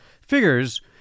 figures